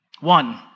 One